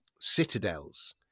citadels